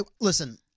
listen